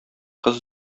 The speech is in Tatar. кыз